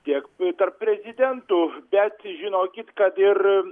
tiek tarp prezidentų bet žinokit kad ir